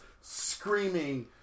screaming